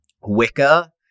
Wicca